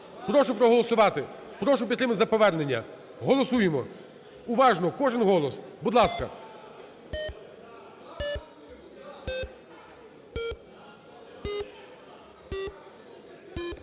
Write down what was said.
Прошу проголосувати. Прошу підтримати за повернення. Голосуємо, уважно, кожен голос. Будь ласка.